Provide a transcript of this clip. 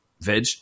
veg